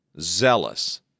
zealous